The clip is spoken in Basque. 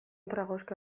tragoxka